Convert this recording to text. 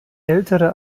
ältere